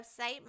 website